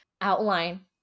outline